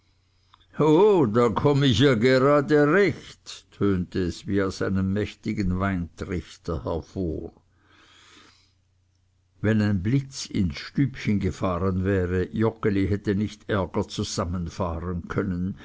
da komme ich gerade recht tönte es wie aus einem mächtigen weintrichter hervor wenn ein blitz ins stübchen gefahren wäre joggeli hätte nicht ärger zusammenfahren können